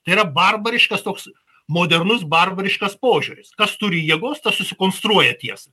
tai yra barbariškas toks modernus barbariškas požiūris kas turi jėgos tas susikonstruoja tiesą